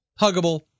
huggable